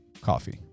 coffee